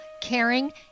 caring